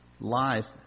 life